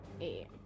eight